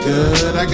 Good